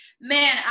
Man